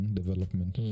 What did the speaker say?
development